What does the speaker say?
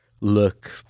look